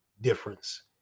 difference